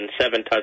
seven